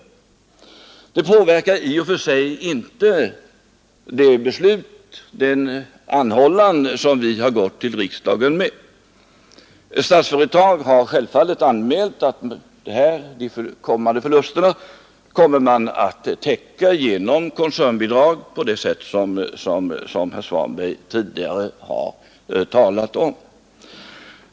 Det påverkar i och för sig inte den anhållan som vi har gått till riksdagen med. Statsföretag har självfallet anmält att de kommande förlusterna kommer att täckas genom koncernbidrag på det sätt som herr Svanberg tidigare talat om.